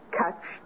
catch